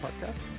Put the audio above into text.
Podcast